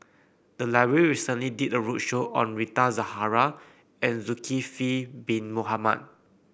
the library recently did a roadshow on Rita Zahara and Zulkifli Bin Mohamed